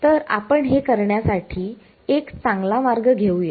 तर आपण हे करण्यासाठी एक चांगला मार्ग घेऊयात